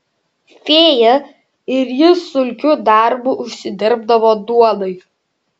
fėja ir ji sunkiu darbu užsidirbdavo duonai